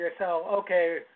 okay